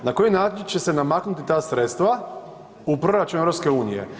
Na koji način će se namaknuti ta sredstva u proračun EU?